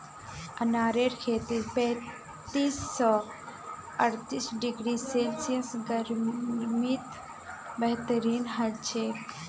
अनारेर खेती पैंतीस स अर्तीस डिग्री सेल्सियस गर्मीत बेहतरीन हछेक